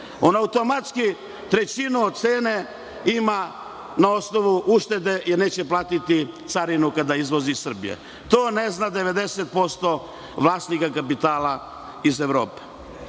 Ona automatski trećinu od cene ima na osnovu uštede, jer neće platiti carinu kada izvozi iz Srbije. To ne zna 90% vlasnika kapitala iz Evrope. Šta